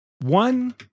one